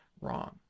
wrong